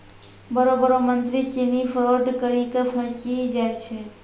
बड़ो बड़ो मंत्री सिनी फरौड करी के फंसी जाय छै